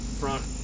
front